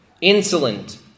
insolent